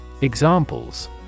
Examples